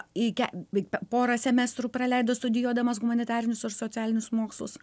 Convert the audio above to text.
į ke porą semestrų praleido studijuodamas humanitarinius ar socialinius mokslus